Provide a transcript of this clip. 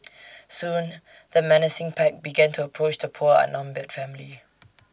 soon the menacing pack began to approach the poor outnumbered family